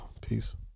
Peace